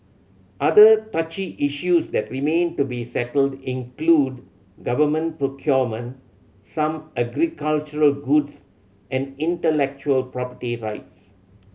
other touchy issues that remain to be settled include government procurement some agricultural goods and intellectual property rights